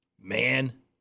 Man